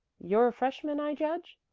you're a freshman, i judge?